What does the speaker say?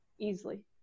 easily